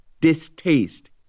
distaste